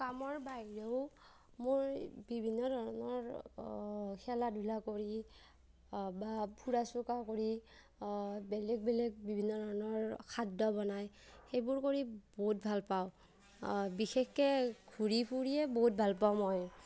কামৰ বাহিৰেও মই বিভিন্ন ধৰণৰ খেলা ধূলা কৰি বা ফুৰা চুকা কৰি বেলেগ বেলেগ বিভিন্ন ধৰণৰ খাদ্য বনায় সেইবোৰ কৰি বহুত ভাল পাওঁ বিশেষকৈ ঘূৰি ফুৰিয়ে বহুত ভাল পাওঁ মই